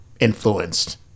influenced